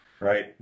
Right